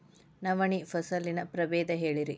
ನವಣಿ ಫಸಲಿನ ಪ್ರಭೇದ ಹೇಳಿರಿ